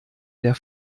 der